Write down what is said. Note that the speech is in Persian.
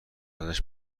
ازش